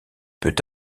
peut